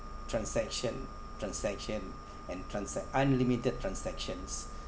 transaction transaction and transac~ unlimited transactions